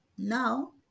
now